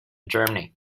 germany